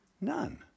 None